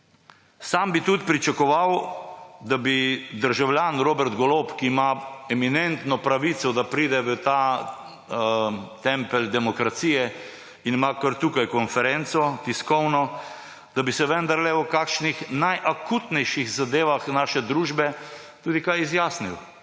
Sam bi tudi pričakoval, da bi državljan Robert Golob, ki ima eminentno pravico, da pride v ta tempelj demokracije in ima kar tukaj tiskovno konferenco, da bi se vendarle o kakšnih najakutnejših zadevah naše družbe tudi kaj izjasnil,